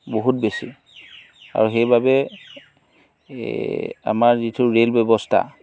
বহুত বেছি আৰু সেইবাবে এই আমাৰ যিটো ৰে'ল ব্যৱস্থা